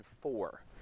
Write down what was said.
four